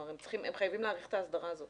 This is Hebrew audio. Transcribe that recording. הם חייבים להאריך את ההסדרה הזאת